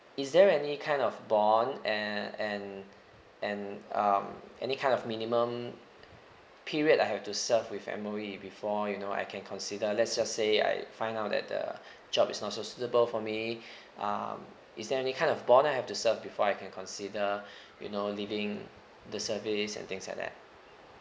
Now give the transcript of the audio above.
is there any kind of bond uh and and um any kind of minimum period I have to serve with M_O_E before you know I can consider let's just say I find out that the job is not so suitable for me um is there any kind of bond I have to serve before I can consider you know leaving the service and things like that